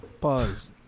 Pause